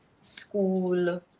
school